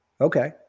Okay